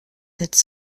sept